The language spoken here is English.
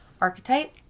archetype